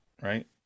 right